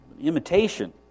Imitation